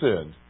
sinned